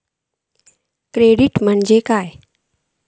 Credit म्हणजे काय?